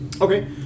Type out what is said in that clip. Okay